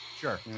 Sure